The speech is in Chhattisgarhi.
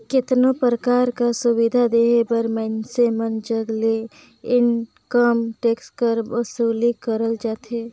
केतनो परकार कर सुबिधा देहे बर मइनसे मन जग ले इनकम टेक्स कर बसूली करल जाथे